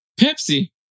Pepsi